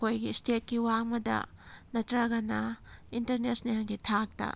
ꯑꯩꯈꯣꯏꯒꯤ ꯏꯁꯇꯦꯠꯀꯤ ꯋꯥꯡꯃꯗ ꯅꯠꯇ꯭ꯔꯒꯅ ꯏꯟꯇꯔꯅꯦꯁꯅꯦꯜꯒꯤ ꯊꯥꯛꯇ